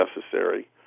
necessary